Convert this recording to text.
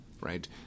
right